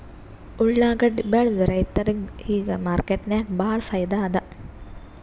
ಉಳ್ಳಾಗಡ್ಡಿ ಬೆಳದ ರೈತರಿಗ ಈಗ ಮಾರ್ಕೆಟ್ನಾಗ್ ಭಾಳ್ ಫೈದಾ ಅದಾ